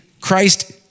Christ